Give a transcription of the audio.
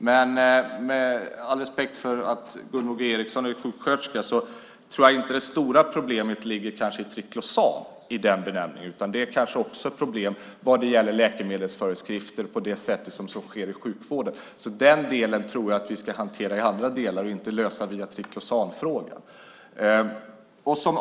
Med all respekt för att Gunvor G Ericson är sjuksköterska, men jag tror inte att det stora problemet är just triklosan, utan det finns problem även vad avser läkemedelsförskrivningen i sjukvården. Den delen tror jag dock att vi ska hantera i andra sammanhang, inte lösa via triklosanfrågan.